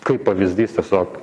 kaip pavyzdys tiesiog